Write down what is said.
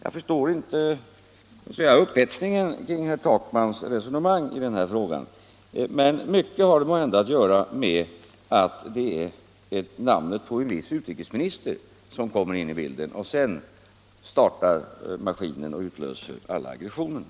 Jag förstår inte upphetsningen i herr Takmans resonemang i den här frågan. Mycket har den måhända att göra med att namnet på en viss utrikesminister kommer in i bilden; sedan startar maskinen och utlöser alla aggressionerna.